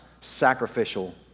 sacrificial